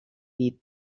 beat